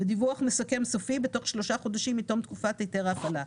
ודיווח מסכם סופי בתוך שלושה חודשים מתום תקופת היתר ההפעלה.